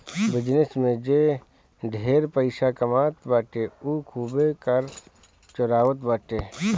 business में जे ढेर पइसा कमात बाटे उ खूबे कर चोरावत बाटे